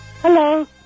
hello